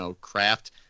craft